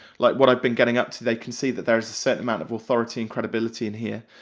like what i've been getting up to, they can see that there is a certain amount of authority and credibility in here.